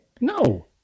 No